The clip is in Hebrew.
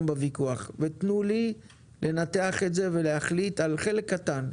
בוויכוח ותנו לי לנתח את זה ולהחליט על חלק קטן,